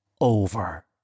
over